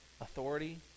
authority